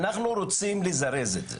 ואנחנו רוצים לזרז את זה.